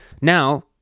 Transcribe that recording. Now